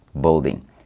building